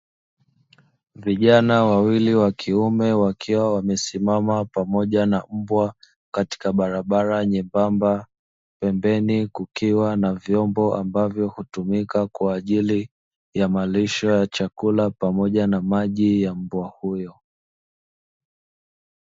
Vijana wawili wa kiume wakiwa wamesimama pamoja na mbwa katika barabara nyembamba, pembeni kukiwa na vyombo ambavyo hutumika kwa ajili ya malisho ya chakula pamoja na maji ya mbwa huyo.